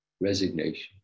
resignation